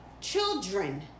children